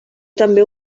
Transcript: també